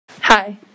Hi